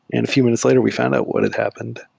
and few minutes later we found out what had happened.